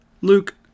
Luke